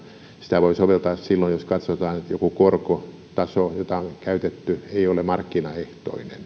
sitä voi soveltaa muun muassa silloin jos katsotaan että joku korkotaso jota on käytetty ei ole markkinaehtoinen